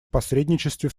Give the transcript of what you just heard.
посредничестве